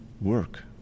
work